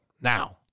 now